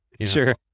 Sure